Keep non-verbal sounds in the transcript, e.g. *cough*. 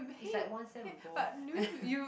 is like one sem ago *laughs*